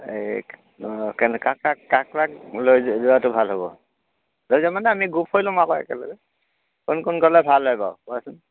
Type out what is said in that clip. এই কেনে কাক কাক কাক কাক লৈ যোৱাটো ভাল হ'ব লৈ যাম মানে আমি গ্ৰুপ হৈ ল'ম আকৌ একেলগে কোন কোন গ'লে ভাল হয় বাৰু কোৱাচোন